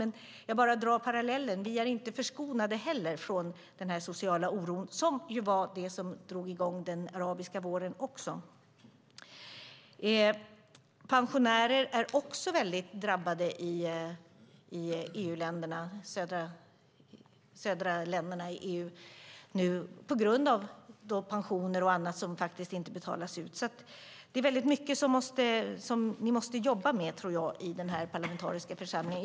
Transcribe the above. Men jag drar bara parallellen; inte heller vi är förskonade från den sociala oro som var det som drog i gång den arabiska våren. Också pensionärer är drabbade i de södra länderna i EU på grund av att pensioner och annat inte betalas ut. Det är mycket som ni måste jobba med i den parlamentariska församlingen.